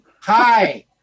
hi